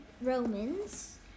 romans